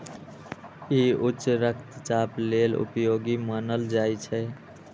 ई उच्च रक्तचाप लेल उपयोगी मानल जाइ छै